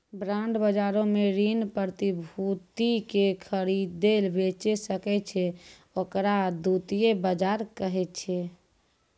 bond बजारो मे ऋण प्रतिभूति के खरीदै बेचै सकै छै, ओकरा द्वितीय बजार कहै छै